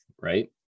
right